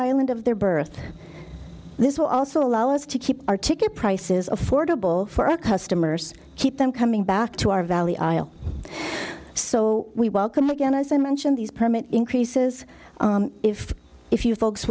island of their birth this will also allow us to keep our ticket prices affordable for our customers keep them coming back to our valley aisle so we welcome again as i mentioned these permit increases if if you folks